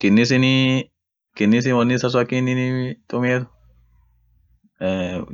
Kinnisinii, kinnisin wonni issa sun akininii tumiet